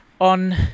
on